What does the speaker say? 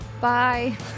Bye